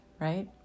right